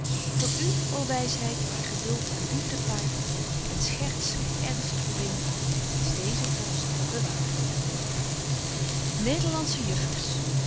voor u ô wysheid die geduld aan liefde paart en scherts met ernst verbindt is deeze post bewaart